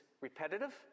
repetitive